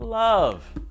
Love